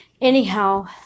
anyhow